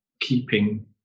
keeping